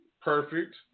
Perfect